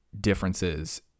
differences